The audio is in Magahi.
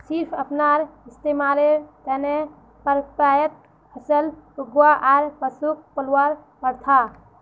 सिर्फ अपनार इस्तमालेर त न पर्याप्त फसल उगव्वा आर पशुक पलवार प्रथा